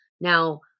Now